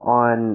on